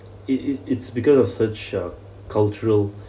it it it's because of such uh cultural